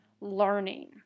learning